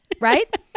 right